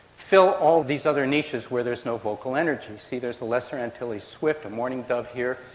fill all these other niches where there is no vocal energy. see, there's a lesser antilles swift, a mourning dove here,